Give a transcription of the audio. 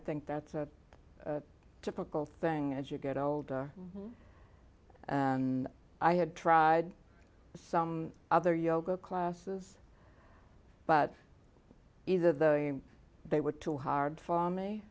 think that's a typical thing as you get older and i had tried some other yoga classes but either the they were too hard for me